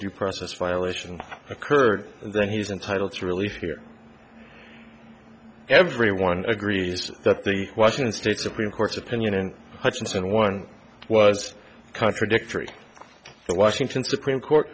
due process violation occurred then he's entitled to relief here everyone agrees that the washington state supreme court's opinion in hutchinson one was contradictory the washington supreme court